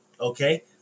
Okay